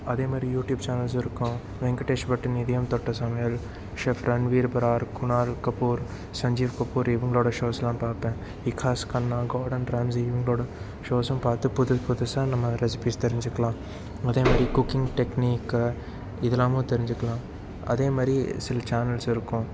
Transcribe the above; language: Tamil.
அதேமாதிரி யூடியூப் சேனல்ஸ் இருக்கும் வெங்கடேஷ் பட்டின் இதயம் தொட்ட சமையல் செஃப் ரன்வீர் ப்ரார் குணால் கபூர் சஞ்சீவ் கபூர் இவங்களோட ஷோஸ்லாம் பார்ப்பேன் விகாஸ் கண்ணா கார்டன் ராம்சி இவங்களோட ஷோஸும் பார்த்து புதுசு புதுசாக நம்ம ரெசிபீஸ் தெரிஞ்சுக்கலாம் அதேமாதிரி குக்கிங் டெக்னிக்கு இதலாமும் தெரிஞ்சுக்கலாம் அதேமாதிரி சில சேனல்ஸ் இருக்கும்